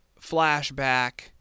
flashback